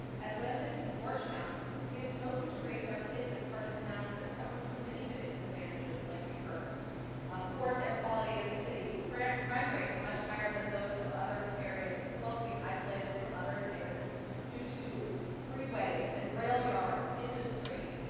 as residents of georgetown we have chosen to raise our kids in part of town that suffers from many disadvantages. like you've heard poor air quality in the city, crime crime rate much higher than those of other areas as well as being isolated from other and neighborhoods due to freeways and rail yards industry.